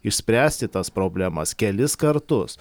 išspręsti tas problemas kelis kartus